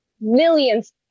millions